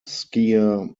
skier